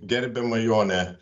gerbiama jone